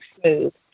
smooth